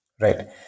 Right